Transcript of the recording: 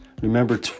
Remember